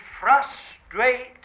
frustrate